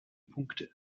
punkte